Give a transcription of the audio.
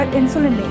insulin